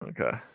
Okay